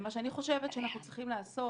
ומה שאני חושבת שאנחנו צריכים לעשות,